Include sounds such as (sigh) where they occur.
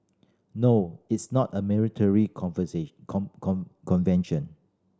no it's not a military (unintelligible) convention